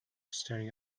staring